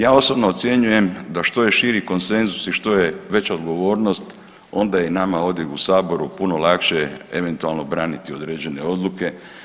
Ja osobno ocjenjujem da što je širi konsenzus i što je veća odgovornost onda je i nama ovdje u saboru puno lakše eventualno braniti određene odluke.